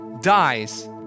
dies